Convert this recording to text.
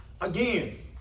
Again